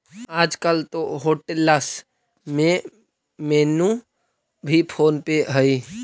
आजकल तो होटेल्स में मेनू भी फोन पे हइ